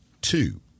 two